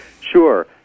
Sure